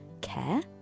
care